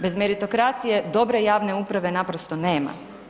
Bez meritokracije dobre javne uprave naprosto nema.